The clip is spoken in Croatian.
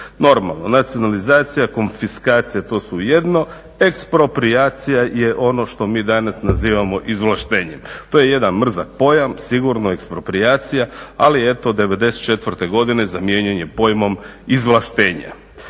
Normalno nacionalizacija konfiskacija to su jedno, eksproprijacija je ono što mi danas nazivamo izvlaštenjem. To je jedan mrzak pojam, sigurno eksproprijacija ali eto '94.godine zamijenjen je pojmom izvlaštenja.